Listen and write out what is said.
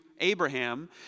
Abraham